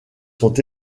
sont